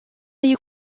est